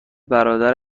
برادر